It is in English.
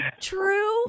true